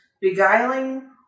beguiling